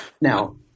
Now